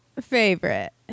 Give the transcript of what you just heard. favorite